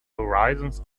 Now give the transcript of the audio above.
horizons